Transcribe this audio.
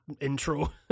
intro